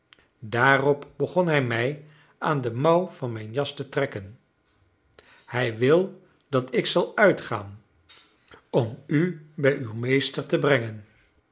daarop begon hij mij aan de mouw van mijn jas te trekken hij wil dat ik zal uitgaan om u bij uw meester te brengen